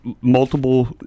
Multiple